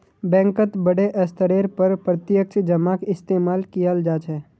बैंकत बडे स्तरेर पर प्रत्यक्ष जमाक इस्तेमाल कियाल जा छे